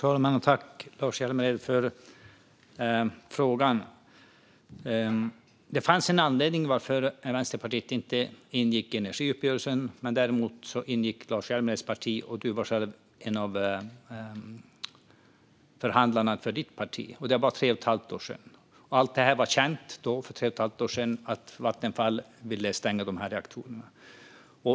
Fru talman! Tack för frågan, Lars Hjälmered! Det fanns en anledning till att Vänsterpartiet inte ingick i energiuppgörelsen. Däremot ingick ditt parti, Lars Hjälmered, och du var själv en av förhandlarna för ditt parti. Det är tre och ett halvt år sedan, och det var då känt att Vattenfall ville stänga reaktorerna.